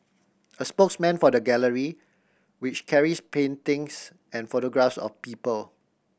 a spokesman for the gallery which carries paintings and photographs of people